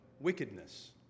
wickedness